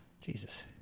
Jesus